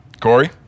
Corey